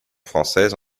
française